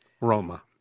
Roma